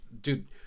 dude